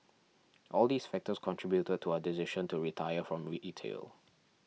all these factors contributed to our decision to retire from retail